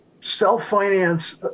self-finance